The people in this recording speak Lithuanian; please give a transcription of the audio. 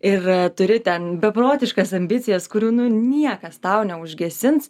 ir turi ten beprotiškas ambicijas kurių nu niekas tau neužgesins